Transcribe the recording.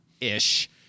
ish